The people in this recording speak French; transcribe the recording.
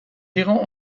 irons